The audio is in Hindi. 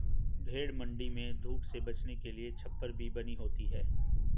भेंड़ मण्डी में धूप से बचने के लिए छप्पर भी बनी होती है